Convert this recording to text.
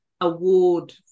award